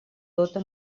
tota